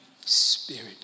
spirit